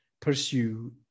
pursue